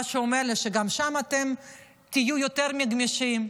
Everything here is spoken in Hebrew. מה שאומר לי שגם שם אתם תהיו יותר מגמישים.